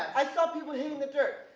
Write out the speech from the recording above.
i saw people hitting the dirt.